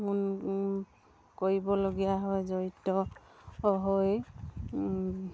কৰিবলগীয়া হয় জড়িত হৈ